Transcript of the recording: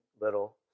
little